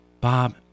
Bob